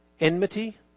enmity